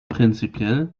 prinzipiell